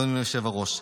אדוני היושב-ראש,